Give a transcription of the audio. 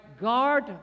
guard